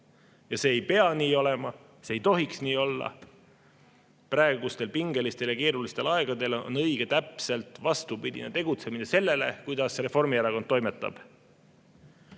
See ei pea nii olema, see ei tohiks nii olla. Praegusel pingelisel ja keerulisel ajal on õige täpselt vastupidine tegutsemine sellele, kuidas Reformierakond toimetab.